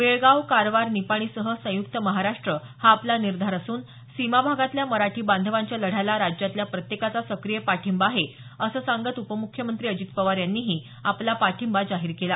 बेळगाव कारवार निपाणीसह संयुक्त महाराष्ट्र हा आपला निर्धार असून सीमाभागातल्या मराठी बांधवांच्या लढ्याला राज्यातल्या प्रत्येकाचा सक्रिय पाठिंबा आहे असं सांगत उपमुख्यमंत्री अजित पवार यांनीही आपला पाठिंबा जाहीर केला